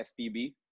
SPB